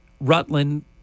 Rutland